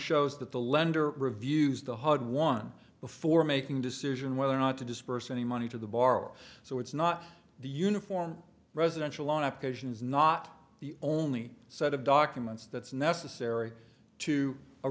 shows that the lender reviews the hud one before making a decision whether or not to disburse any money to the borrower so it's not the uniform residential on occasion is not the only set of documents that's necessary to a